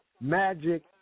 magic